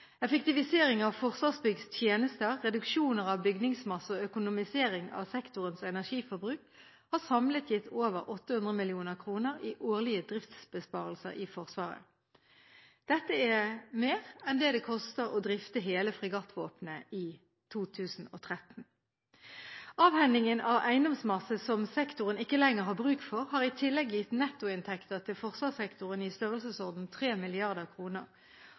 Effektivisering av Forsvarsbyggs tjenester, reduksjoner av bygningsmasse og økonomisering av sektorens energiforbruk har samlet gitt over 800 mill. kr i årlige driftsbesparelser i Forsvaret. Dette er mer enn det koster å drifte hele fregattvåpenet i 2013. Avhendingen av eiendomsmasse som sektoren ikke lenger har bruk for, har i tillegg gitt nettoinntekter til forsvarssektoren i størrelsesorden